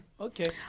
Okay